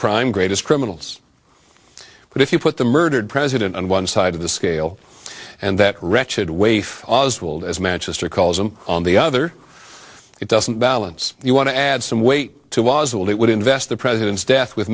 crime greatest criminals but if you put the murdered president on one side of the scale and that wretched waif oswald as manchester calls him on the other it doesn't balance you want to add some weight to oswald it would invest the president's death with